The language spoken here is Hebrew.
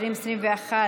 התשפ"א 2021,